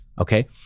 okay